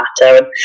matter